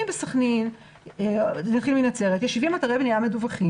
אם בנצרת יש 70 אתרי בנייה מדווחים,